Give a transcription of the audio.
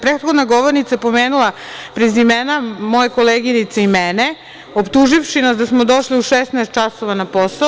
Prethodna govornica je pomenula prezimena moje koleginice i mene, optuživši nas da smo došli u 16 časova na posao.